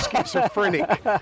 schizophrenic